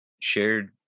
shared